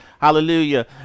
Hallelujah